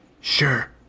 Sure